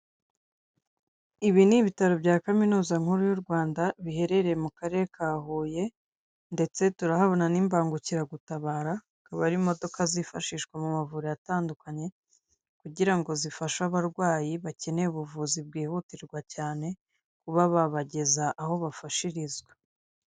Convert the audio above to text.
Ibi ni ibitaro bya kaminuza nkuru y'u Rwanda biherereye mu karere ka Huye ndetse turahabona n'imbangukiragutabara kaba ari imodoka zifashishwa mu mavuriro atandukanye, kugira ngo zifashe abarwayi bakeneye ubuvuzi bwihutirwa cyane kuba babageza aho bafashirizwa.